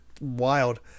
Wild